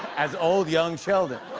as old young sheldon.